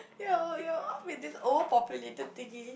ya lor ya lor with this overpopulated thing